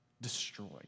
destroyed